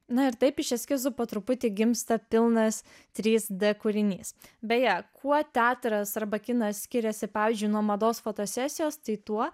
na ir taip iš eskizų po truputį gimsta pilnas trys d kūrinys beje kuo teatras arba kinas skiriasi pavyzdžiui nuo mados fotosesijos tai tuo